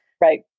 Right